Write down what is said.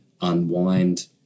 unwind